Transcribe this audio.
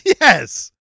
Yes